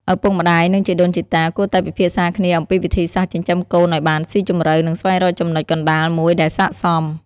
ឪពុកម្តាយ និងជីដូនជីតាគួរតែពិភាក្សាគ្នាអំពីវិធីសាស្ត្រចិញ្ចឹមកូនឲ្យបានស៊ីជម្រៅ និងស្វែងរកចំណុចកណ្តាលមួយដែលស័ក្តិសម។